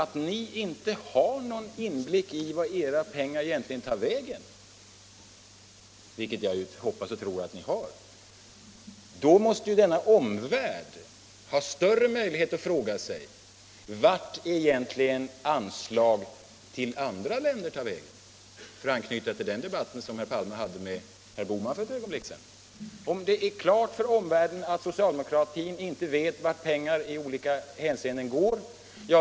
Om ni inte har någon inblick i vart era pengar tar vägen —- vilket jag hoppas och tror att ni har — måste omvärlden ha större möjligheter att fråga sig vart anslag till andra länder egentligen tar vägen — för att anknyta till den debatt som herr Palme hade med herr Bohman för ett ögonblick sedan.